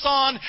on